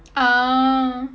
ah